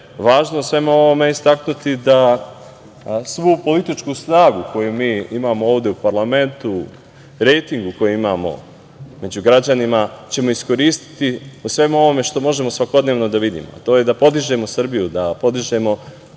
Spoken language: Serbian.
važno u svemu ovome istaknuti da svu političku snagu koju mi imamo ovde u parlamentu, rejtingu koji imamo među građanima ćemo iskoristi o svemu ovome što možemo svakodnevno da vidimo, to je da podižemo Srbiju, da podižemo